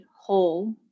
whole